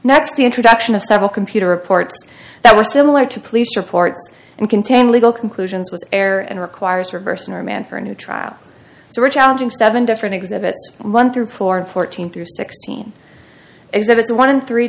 next the introduction of several computer reports that were similar to police reports and contain legal conclusions with error and requires reversing or man for a new trial so we're challenging seven different exhibits one through four and fourteen through sixteen is that it's one in three